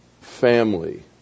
family